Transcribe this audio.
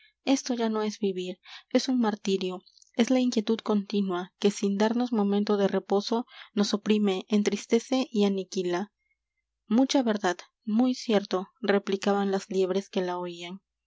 esto ya no es v i v i r es un martirio es la inquietud continua que sin darnos momento de reposo nos oprime entristece y aniquila mucha verdad muy cierto replicaban las liebres que la oían